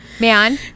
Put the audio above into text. man